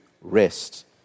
rest